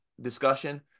discussion